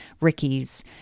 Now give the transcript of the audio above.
Ricky's